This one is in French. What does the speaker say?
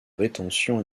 rétention